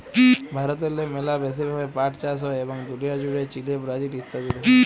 ভারতেল্লে ম্যালা ব্যাশি ভাবে পাট চাষ হ্যয় এবং দুলিয়া জ্যুড়ে চিলে, ব্রাজিল ইত্যাদিতে হ্যয়